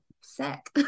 sick